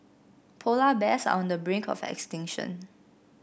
polar bears are on the brink of extinction